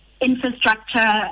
infrastructure